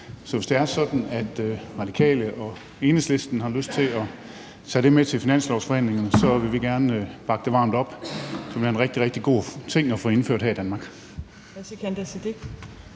Så hvis det er sådan, at Radikale og Enhedslisten har lyst til at tage det med til finanslovsforhandlingerne, så vil vi gerne bakke det varmt op. Det ville være en rigtig, rigtig god ting at få indført her i Danmark.